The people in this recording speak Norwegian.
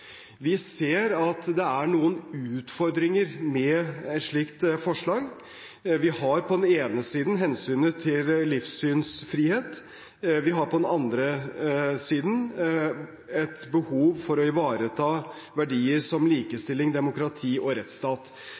Vi ser at det er noen utfordringer med et slikt forslag. Vi har på den ene siden hensynet til livssynsfrihet. Vi har på den andre siden et behov for å ivareta verdier som likestilling, demokrati og rettsstat.